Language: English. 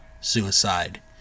suicide